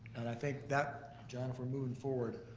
and i think that, john, if we're moving forward,